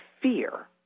fear